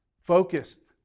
focused